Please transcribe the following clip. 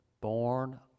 born